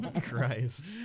christ